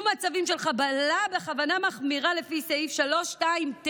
מצבים של חבלה בכוונה מחמירה לפי סעיף 329,